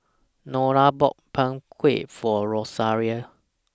Lona bought Png Kueh For Rosaria